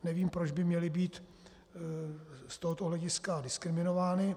Nevím, proč by měly být z tohoto hlediska diskriminovány.